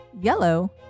yellow